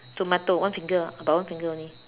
tomato one finger ah about one finger only